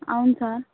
అవును సార్